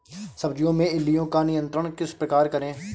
सब्जियों में इल्लियो का नियंत्रण किस प्रकार करें?